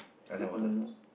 ice and water